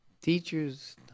teachers